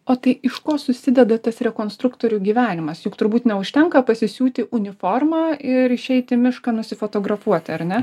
o tai iš ko susideda tas rekonstruktorių gyvenimas juk turbūt neužtenka pasisiūti uniformą ir išeiti į mišką nusifotografuoti ar ne